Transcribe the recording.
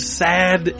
sad